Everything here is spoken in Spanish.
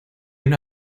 una